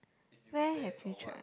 where have you tried